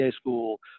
school